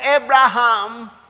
Abraham